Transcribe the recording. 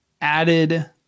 added